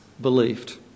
believed